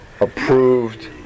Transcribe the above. approved